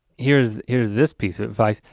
here's here's this piece of advice.